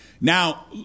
now